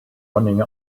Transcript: running